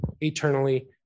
eternally